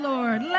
Lord